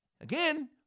Again